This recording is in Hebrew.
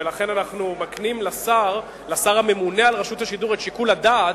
ולכן אנחנו מקנים לשר הממונה על רשות השידור את שיקול הדעת.